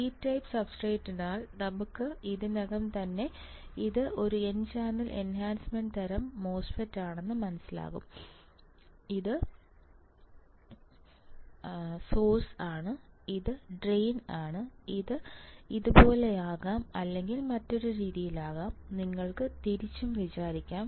P type സബ്സ്ട്രേറ്റായതിനാൽ നമുക്ക് ഇതിനകം തന്നെ ഇത് ഒരു എൻ ചാനൽ എൻഹാൻസ്മെൻറ് തരം ഘടന ആണെന്ന് മനസ്സിലാകും ഇത് സോഴ്സ് ആണ് ഇത് ഡ്രെയിൻ ആണ് ഇത് ഇതുപോലെയാകാം അല്ലെങ്കിൽ മറ്റൊരു രീതിയിൽ ആകാം നിങ്ങൾക്ക് തിരിച്ചും വിചാരിക്കാം